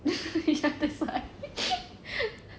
ya that's why